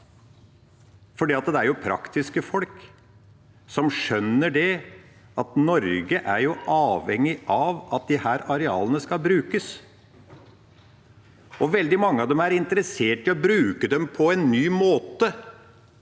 for dette er praktiske folk som skjønner at Norge er avhengig av at disse arealene brukes. Og veldig mange av dem er interessert i å bruke disse arealene på en ny måte